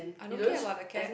I don't care about the cap